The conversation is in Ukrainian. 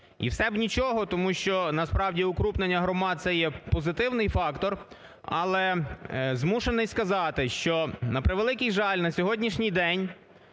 І все б нічого, тому що, насправді, укрупнення громад – це є позитивний фактор. Але змушений сказати, що на превеликий жаль, на сьогоднішній день